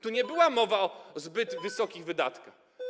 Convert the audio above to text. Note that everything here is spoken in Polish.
Tu nie było mowy o zbyt wysokich wydatkach.